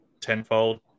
tenfold